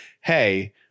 hey